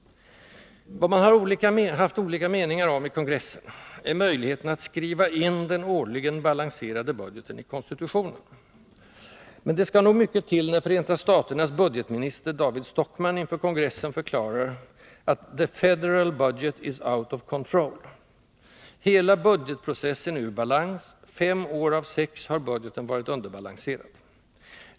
Vad man har haft olika meningar om i kongressen är möjligheten att skriva in den årligen balanserade budgeten i konstitutionen. Det skall nog mycket till när Förenta staternas budgetminister David Stockman inför kongressen förklarar att ”the Federal budget is out of control”. Hela budgetprocessen är ur balans: fem år av sex har budgeten varit underbalanserad.